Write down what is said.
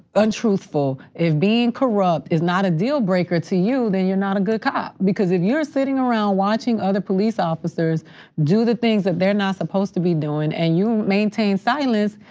untruthful, if being corrupt is not a deal breaker to you, then you're not a good cop. because if you're sitting around watching other police officers do the things that they're not supposed to be doing and you maintain silence,